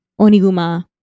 oniguma